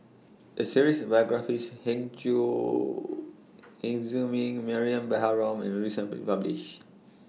A series of biographies Heng Chee Zhiming Mariam Baharom was recently published